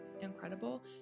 incredible